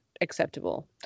acceptable